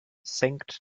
senkt